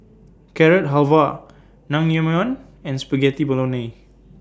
Carrot Halwa Naengmyeon and Spaghetti Bolognese